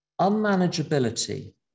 unmanageability